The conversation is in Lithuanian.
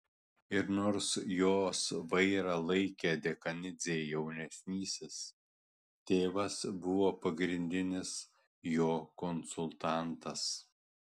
ir nors jos vairą laikė dekanidzė jaunesnysis tėvas buvo pagrindinis jo konsultantas